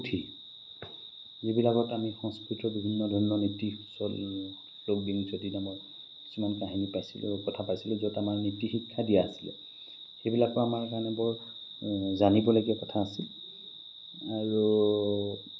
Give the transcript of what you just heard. পুথি যিবিলাকত আমি সংস্কৃতৰ বিভিন্ন ধৰণৰ নীতি সুচল নামৰ কিছুমান কাহিনী পাইছিলোঁ কথা পাইছিলোঁ য'ত আমাৰ নীতি শিক্ষা দিয়া আছিলে সেইবিলাকো আমাৰ কাৰণে বৰ জানিবলগীয়া কথা আছিল আৰু